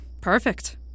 Perfect